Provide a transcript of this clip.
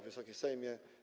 Wysoki Sejmie!